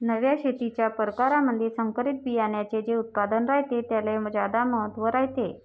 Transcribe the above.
नव्या शेतीच्या परकारामंधी संकरित बियान्याचे जे उत्पादन रायते त्याले ज्यादा महत्त्व रायते